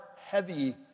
heavy